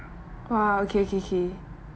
!wah! okay okay okay